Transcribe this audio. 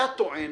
אתה טוען